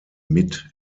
mit